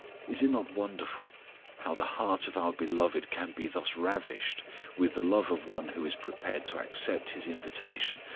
is it not wonderful how the heart of our beloved can be thus ravished with the love of one who is prepared to accept his invitation,